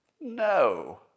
No